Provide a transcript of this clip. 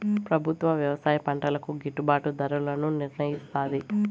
ప్రభుత్వం వ్యవసాయ పంటలకు గిట్టుభాటు ధరలను నిర్ణయిస్తాది